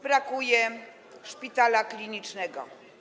Brakuje mu szpitala klinicznego.